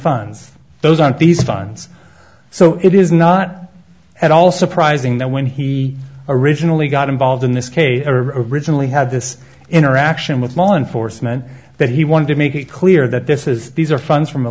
funds those on these funds so it is not at all surprising that when he originally got involved in this case originally had this interaction with law enforcement that he wanted to make it clear that this is these are funds from a